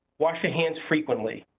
wash your hands frequently.